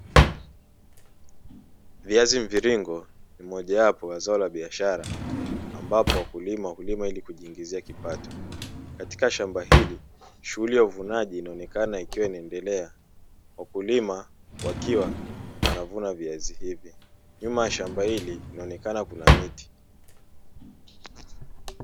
Viazi mviringo ni mojawapo ya zao la biashara ambapo wakulima hulima ili kujiingizia kipato, katika shamba hili shughuli ya uvunaji inaonekana ikiwa inaendelea wakulima wakiwa wanavuna viazi, nyuma ya shamba hili linaonekana kuna miti.